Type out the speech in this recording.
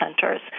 centers